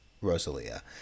Rosalia